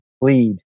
lead